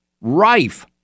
rife